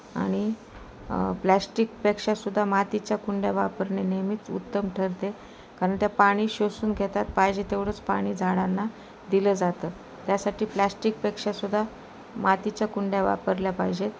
आणि प्लॅस्टिकपेक्षासुद्धा मातीच्या कुंड्या वापरणे नेहमीच उत्तम ठरते कारण त्या पाणी शोषून घेतात पाहिजे तेवढंच पाणी झाडांना दिलं जातं त्यासाठी प्लॅस्टिकपेक्षासुद्धा मातीच्या कुंड्या वापरल्या पाहिजेत